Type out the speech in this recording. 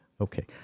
Okay